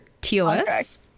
TOS